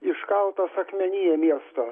iškaltas akmenyje miestas